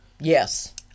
Yes